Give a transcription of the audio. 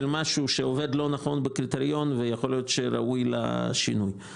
משהו שעובד לא נכון עם קריטריון שיכול להיות שראוי לשינוי.